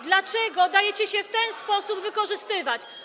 Dlaczego dajecie się w ten sposób wykorzystywać?